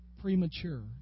premature